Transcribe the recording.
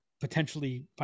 potentially